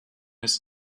nicht